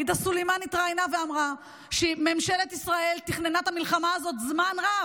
עאידה סלימאן התראיינה ואמרה שממשלת ישראל תכננה את המלחמה הזאת זמן רב,